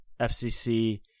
FCC